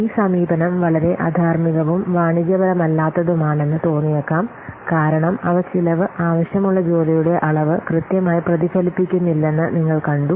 ഈ സമീപനം വളരെ അധാർമ്മികവും വാണിജ്യപരമല്ലാത്തതുമാണെന്ന് തോന്നിയേക്കാം കാരണം അവ ചിലവ് ആവശ്യമുള്ള ജോലിയുടെ അളവ് കൃത്യമായി പ്രതിഫലിപ്പിക്കുന്നില്ലെന്ന് നിങ്ങൾ കണ്ടു